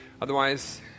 Otherwise